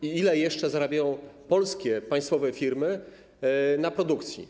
Ile jeszcze zarabiają polskie, państwowe firmy na produkcji?